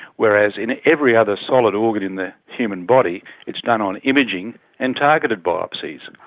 whereas in every other solid organ in the human body it's done on imaging and targeted biopsies.